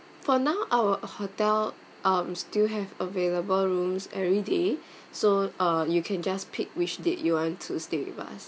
for now our hotel um still have available rooms everyday so uh you can just pick which date you want to stay with us